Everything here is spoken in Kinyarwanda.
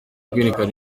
kwerekana